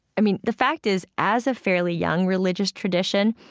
i mean, the fact is, as a fairly young religious tradition,